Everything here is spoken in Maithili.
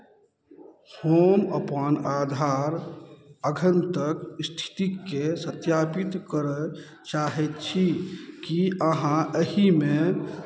हम अपन आधार एखन तक स्थितिकेँ सत्यापित करय चाहैत छी की अहाँ एहिमे